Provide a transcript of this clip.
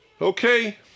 Okay